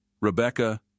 Rebecca